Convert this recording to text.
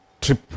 trip